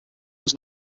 was